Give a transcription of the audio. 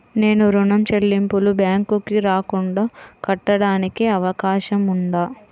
నేను ఋణం చెల్లింపులు బ్యాంకుకి రాకుండా కట్టడానికి అవకాశం ఉందా?